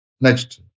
Next